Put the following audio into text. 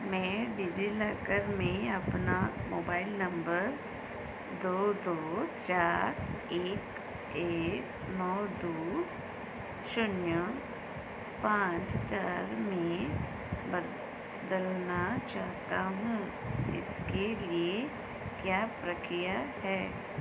मैं डिज़िलॉकर में अपना मोबाइल नम्बर दो दो चार एक एक नौ दो शून्य पाँच चार में बदलना चाहता हूँ इसके लिए क्या प्रक्रिया है